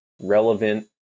relevant